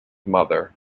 mother